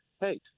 Hey